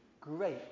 Great